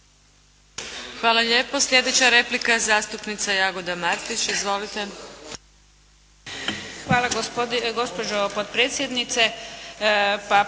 Hvala lijepo. Sljedeća replika zastupnica Jagoda Martić. Izvolite! **Martić, Jagoda (SDP)** Hvala gospođo potpredsjednice.